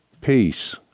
Peace